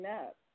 up